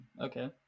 Okay